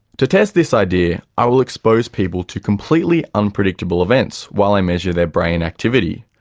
to test this idea i will expose people to completely unpredictable events while i measure their brain activity.